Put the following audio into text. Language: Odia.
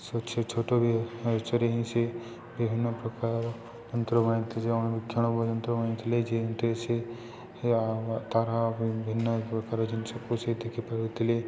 ସେ ଛୋଟ ବୟସରେ ହିଁ ସେ ବିଭିନ୍ନ ପ୍ରକାର ଯନ୍ତ୍ର ଗଣିଥିଲେ ଅଣୁବୀକ୍ଷଣ ଯନ୍ତ୍ର ଗଣିଥିଲେ ଯେଥିରେ ସେ ତା'ର ବିଭିନ୍ନ ପ୍ରକାର ଜିନିଷକୁ ସେ ଦେଖିପାରୁଥିଲେ